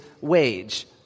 wage